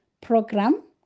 program